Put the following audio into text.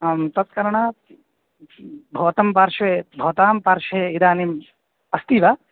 आम् तत्कारणात् भवतं पार्श्वे भवतां पार्श्वे इदानीम् अस्ति वा